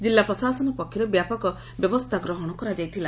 ଜିଲ୍ଲା ପ୍ରଶାସନ ପକ୍ଷରୁ ବ୍ୟାପକ ବ୍ୟବସ୍ରା ଗ୍ରହଣ କରାଯାଇଥିଲା